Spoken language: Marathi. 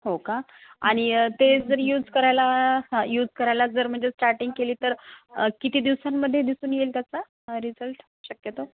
हो का आणि ते जर यूज करायला हं यूज करायला जर म्हणजे स्टार्टिंग केली तर किती दिवसांमध्ये दिसून येईल त्याचा रिजल्ट शक्यतो